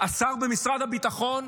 השר במשרד הביטחון?"